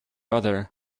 other